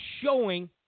showing